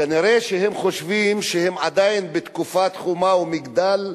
כנראה הם חושבים שהם עדיין בתקופת "חומה ומגדל",